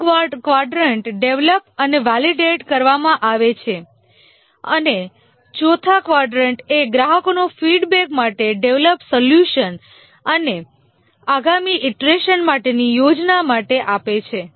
ત્રીજું quadrant develop અને validate કરવામાં આવે છે અને ચોથા કવાડરન્ટ એ ગ્રાહકોને ફીડબેક માટે ડેવલપડ સોલ્યુસન અને આગામી ઇટરેશન માટેની યોજના માટે આપે છે